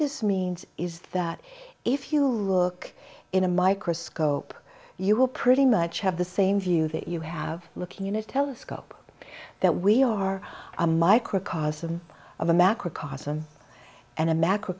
this means is that if you look in a microscope you will pretty much have the same view that you have looking in a telescope that we are a microcosm of the macrocosm and a mac